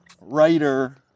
writer